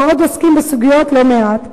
ועוד עוסקים בסוגיות לא מעט,